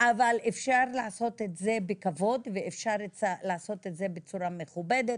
אבל אפשר לעשות את זה בכבוד ואפשר לעשות את זה בצורה מכובדת.